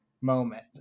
moment